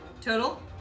Total